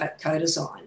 co-design